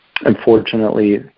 Unfortunately